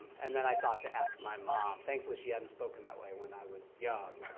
and then i thought to ask my mom. thankfully, she hadn't spoken that way when i was young,